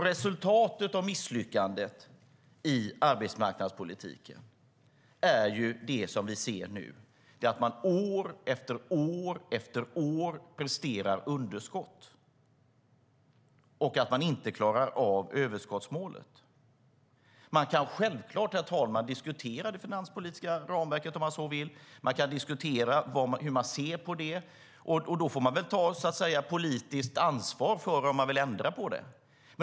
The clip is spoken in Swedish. Resultatet av misslyckandet i arbetsmarknadspolitiken är det som vi ser nu, nämligen att man år efter år presterar underskott och inte klarar att hålla överskottsmålet. Man kan självfallet, herr talman, diskutera det finanspolitiska ramverket, om man så vill. Man kan diskutera hur man ser på det och får då ta politiskt ansvar om man vill ändra på det.